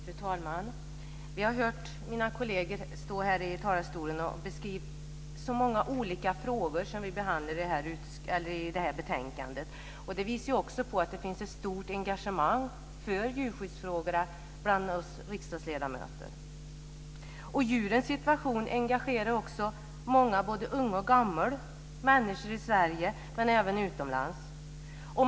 Fru talman! Vi har hört mina kolleger stå här i talarstolen och beskriva många olika frågor som vi behandlar i betänkandet. Det visar också på att det finns ett stort engagemang för djurskyddsfrågorna bland oss riksdagsledamöter. Djurens situation engagerar också många, både unga och gamla, människor i Sverige men även utomlands.